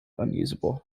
unusable